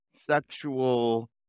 sexual